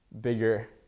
bigger